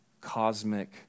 cosmic